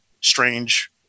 strange